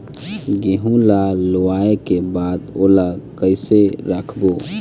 गेहूं ला लुवाऐ के बाद ओला कइसे राखबो?